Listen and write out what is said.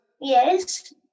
Yes